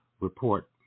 report